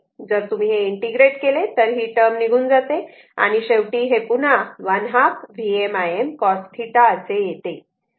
जर तुम्ही हे इंटिग्रेट केले तर ही टर्म निघून जाते आणि शेवटी हे पुन्हा ½ Vm Im cos θ असे येते